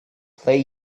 play